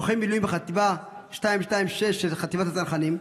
לוחם מילואים בחטיבה 226 של חטיבת צנחנים,